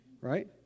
right